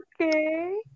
okay